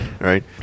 right